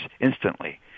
instantly